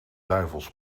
duivels